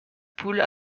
poule